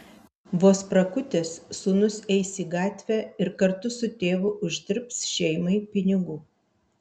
vos prakutęs sūnus eis į gatvę ir kartu su tėvu uždirbs šeimai pinigų